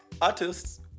artists